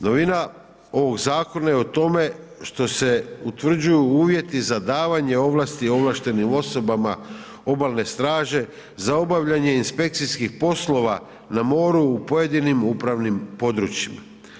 Novina ovog zakona je u tome što se utvrđuju uvjeti za davanje ovlasti ovlaštenim osobama obalne straže za obavljanje inspekcijskih poslova na moru u pojedinim upravnim područjima.